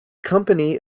company